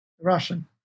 Russian